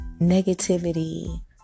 Negativity